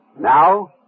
Now